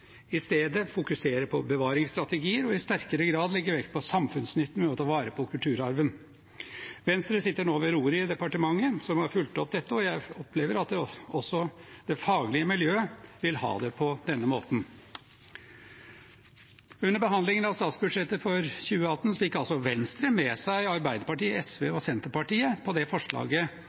i stedet fokusere på bevaringsstrategier og i sterkere grad legge vekt på samfunnsnytten ved å ta vare på kulturarven. Venstre sitter nå ved roret i departementet som har fulgt opp dette, og jeg opplever at også det faglige miljøet vil ha det på denne måten. Under behandlingen av statsbudsjettet for 2018 fikk altså Venstre med seg Arbeiderpartiet, SV og Senterpartiet på det forslaget